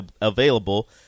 available